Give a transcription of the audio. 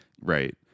right